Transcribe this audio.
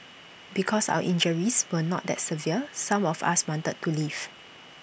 because our injuries were not that severe some of us wanted to leave